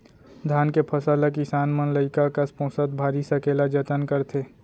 धान के फसल ल किसान मन लइका कस पोसत भारी सकेला जतन करथे